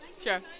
Sure